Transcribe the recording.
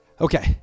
Okay